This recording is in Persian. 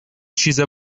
چیز